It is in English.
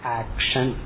action